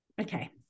okay